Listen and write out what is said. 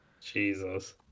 Jesus